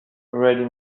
ready